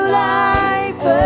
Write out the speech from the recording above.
life